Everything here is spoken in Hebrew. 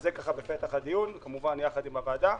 אז זה בפתח הדיון, כמובן יחד עם הוועדה.